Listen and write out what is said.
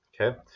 okay